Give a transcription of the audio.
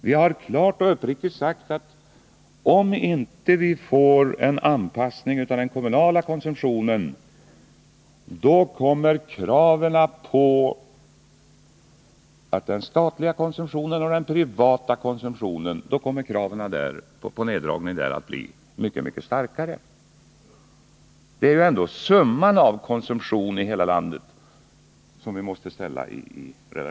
Vi har klart och uppriktigt sagt att om vi inte får en anpassning av den kommunala konsumtionen, kommer kraven på neddragningar i den statliga och privata konsumtionen att bli mycket starkare. Det är ändå summan av konsumtionen i hela landet som vi måste ta hänsyn till.